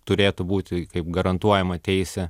turėtų būti kaip garantuojama teisė